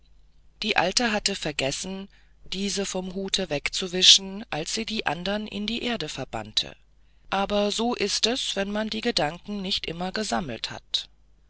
die alte hatte vergessen diese vom hute wegzuwischen als sie die anderen in die erde verbannte aber so ist es wenn man die gedanken nicht immer gesammelt hat